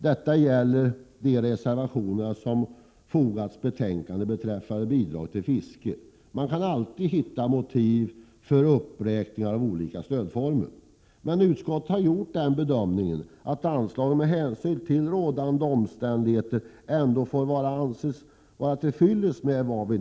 Detta gäller de reservationer som fogats till betänkandet beträffande bidraget till fisket. Man kan alltid hitta motiv för uppräkning av olika stödformer, men utskottet har gjort den bedömningen att det anslag som nu föreslås med hänsyn till rådande omständigheter ändå får anses vara till fyllest.